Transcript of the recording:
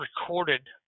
recorded